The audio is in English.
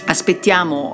Aspettiamo